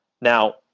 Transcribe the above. Now